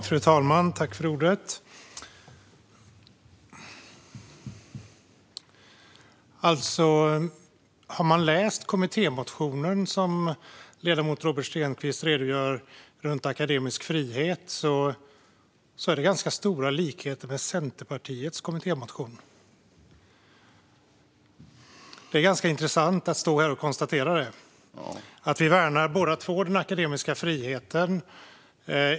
Fru talman! Har man läst kommittémotionen om akademisk frihet som ledamoten Robert Stenkvist redogör för ser man att det är ganska stora likheter med Centerpartiets kommittémotion. Det är ganska intressant att stå här och konstatera det. Vi värnar båda två den akademiska friheten.